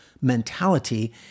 mentality